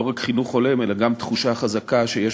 לא רק חינוך הולם אלא גם תחושה חזקה שיש